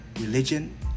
religion